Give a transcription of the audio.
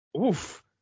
oof